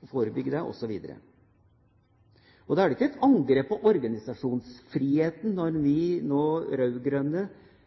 for å forebygge det, osv. Da er det ikke et angrep på organisasjonsfriheten når vi rød-grønne nå